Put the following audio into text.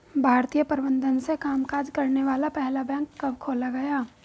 भारतीय प्रबंधन से कामकाज करने वाला पहला बैंक कब खोला गया?